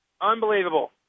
unbelievable